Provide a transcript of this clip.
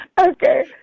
Okay